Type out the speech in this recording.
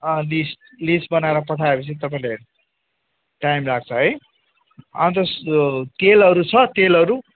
list list बनाएर पठाएपछि तपाईँले टाइम लाग्छ है अन्त यो तेलहरू छ तेलहरू